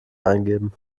eingeben